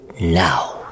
now